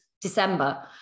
December